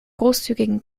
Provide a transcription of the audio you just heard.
großzügigen